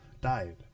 died